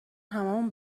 هممون